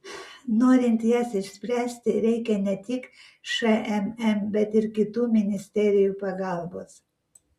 norint jas išspręsti reikia ne tik šmm bet ir kitų ministerijų pagalbos